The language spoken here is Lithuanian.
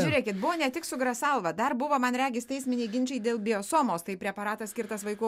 žiūrėkit buvo ne tik su grasalva dar buvo man regis teisminiai ginčai dėl biosomos tai preparatas skirtas vaikų